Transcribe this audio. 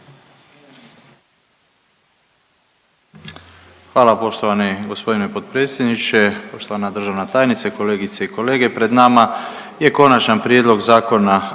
Hvala poštovani gospodine potpredsjedniče, poštovana državna tajnice, kolegice i kolege. Pred nama je Konačan prijedlog Zakona